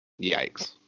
Yikes